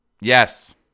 Yes